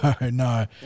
no